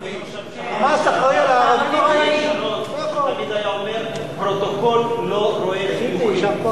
לשעבר אריאל שרון תמיד היה אומר: פרוטוקול לא רואה חיוכים.